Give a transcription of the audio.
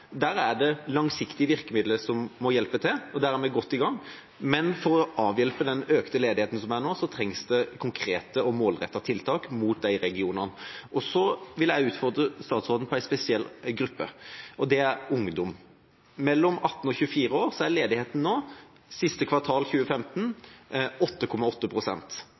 Der er det langsiktige virkemidler som hjelper, og der er vi godt i gang. For å avhjelpe den økte ledigheten vi har nå, trengs det konkrete og målrettede tiltak i de regionene. Jeg vil utfordre statsråden på en spesiell gruppe, og det er ungdom. For ungdom mellom 18 og 24 år var ledigheten siste kvartal 2015